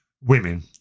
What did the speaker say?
women